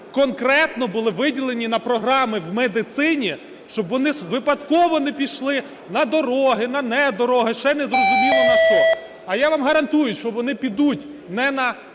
конкретно були виділені на програми в медицині. Щоб вони випадково не пішли на дороги, на не дороги, ще не зрозуміло на що. А я вам гарантую, що вони підуть не на